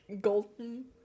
golden